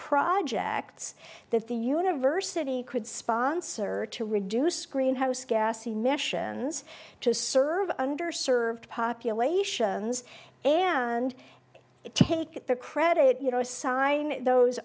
projects that the university could sponsor to reduce greenhouse gas emissions to serve underserved populations and take the credit you know assign those